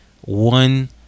one